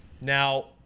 Now